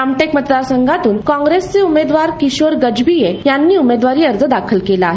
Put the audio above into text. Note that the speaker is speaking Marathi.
राम क्रि मतदारसंघातून कॉंग्रेसचे उमेदवार किशोर गजभिये यांनी उमेदवारी अर्ज दाखल केला आहे